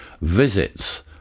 visits